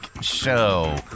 Show